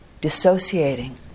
dissociating